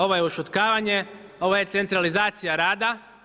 Ovo je ušutkavanje, ovo je centralizacija rada.